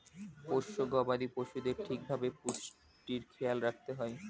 পোষ্য গবাদি পশুদের ঠিক ভাবে পুষ্টির খেয়াল রাখতে হয়